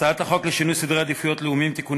הצעת החוק לשינוי סדרי עדיפות לאומיים (תיקוני